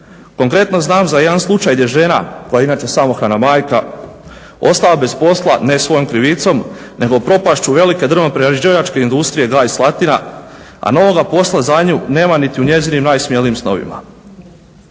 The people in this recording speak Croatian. Konkretno znam za jedan slučaj gdje žena koja je inače samohrana majka ostala bez posla ne svojom krivicom nego propašću velike drvoprerađivačke industrije … Slatina a novoga posla za nju nema niti u njezinim najsmjelijim snovima,